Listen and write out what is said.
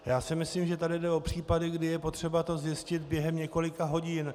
Já si myslím, že tady jde o případy, kdy je potřeba to zjistit během několika hodin.